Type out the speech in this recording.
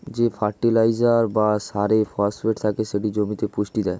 যে ফার্টিলাইজার বা সারে ফসফেট থাকে সেটি জমিতে পুষ্টি দেয়